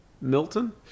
Milton